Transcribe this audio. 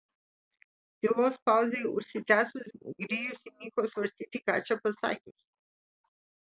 tylos pauzei užsitęsus grėjus įniko svarstyti ką čia pasakius